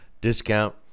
Discount